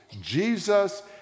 Jesus